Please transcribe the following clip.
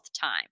time